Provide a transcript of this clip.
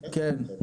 כן?